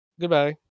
Goodbye